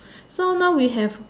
so now we have